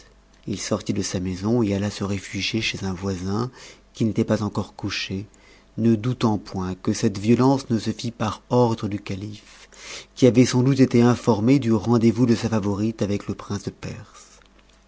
h sortit de sa maison et alla se réfugier chez un voisin qui n'était pas encore couché ne doutant point que cette violence ne se fît par ordre du calife qui avait sans doute été informé du rendez-vous de sa fa onte avec le prince de perse